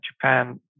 Japan